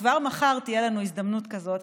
כבר מחר תהיה לנו הזדמנות כזאת,